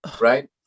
right